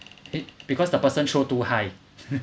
it because the person sure too high